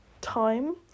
time